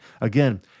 Again